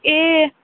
ए